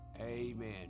Amen